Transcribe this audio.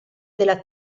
della